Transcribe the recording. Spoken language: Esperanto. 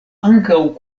ankaŭ